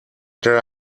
there